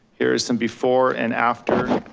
here's some before and after